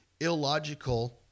illogical